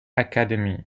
academy